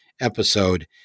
episode